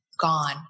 gone